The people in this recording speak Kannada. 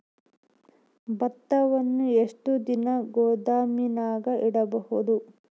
ಭತ್ತವನ್ನು ಎಷ್ಟು ದಿನ ಗೋದಾಮಿನಾಗ ಇಡಬಹುದು?